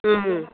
ওম